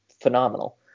phenomenal